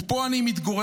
ופה אני מתגורר